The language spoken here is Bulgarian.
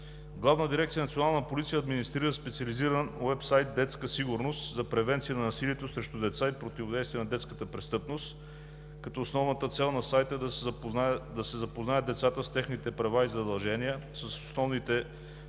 Главна дирекция „Национална полиция“ администрира специализиран уебсайт „Детска сигурност“ за превенция на насилието срещу деца и противодействие на детската престъпност. Основната цел на сайта е да се запознаят децата с техните права и задължения, с основните правила